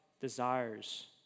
desires